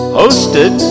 hosted